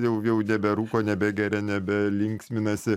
jau jau neberūko nebegeria nebelinksminasi